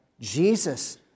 Jesus